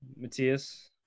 Matthias